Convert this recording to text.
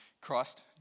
Christ